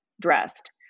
dressed